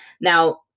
Now